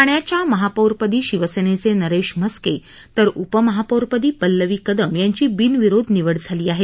ठाण्याच्या महापौरपदी शिवसेनेचे नरेश म्हस्के तर उपमहापौरपदी पल्लवी कदम यांची बिनविरोध यांची निवड झाली आहे